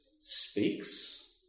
speaks